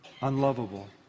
unlovable